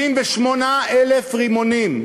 78,000 רימונים,